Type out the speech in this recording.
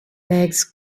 legs